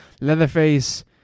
Leatherface